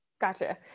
Gotcha